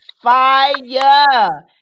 fire